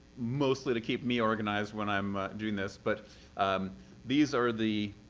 mostly to keep me organized when i'm doing this. but um these are the